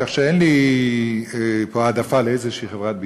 כך שאין לי פה העדפה לאיזו חברת ביטוח.